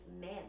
men